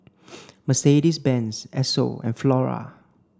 Mercedes Benz Esso and Flora